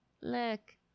Look